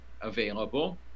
available